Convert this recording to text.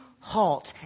Halt